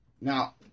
Now